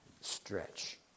stretch